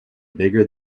bigger